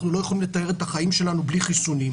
אנחנו לא יכולים לתאר את החיים שלנו בלי חיסונים.